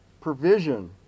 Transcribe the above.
provision